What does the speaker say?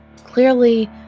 Clearly